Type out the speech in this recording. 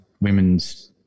women's